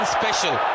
special